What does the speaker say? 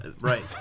Right